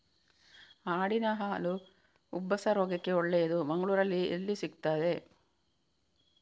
ಆಡಿನ ಹಾಲು ಉಬ್ಬಸ ರೋಗಕ್ಕೆ ಒಳ್ಳೆದು, ಮಂಗಳ್ಳೂರಲ್ಲಿ ಎಲ್ಲಿ ಸಿಕ್ತಾದೆ?